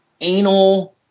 anal